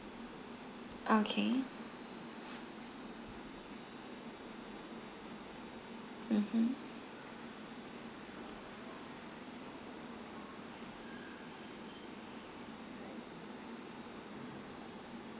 okay mmhmm